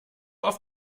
auf